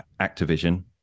Activision